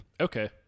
Okay